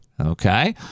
Okay